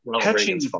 catching